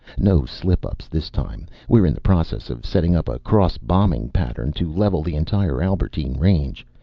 no slip-ups, this time. we're in the process of setting up a cross-bombing pattern to level the entire albertine range.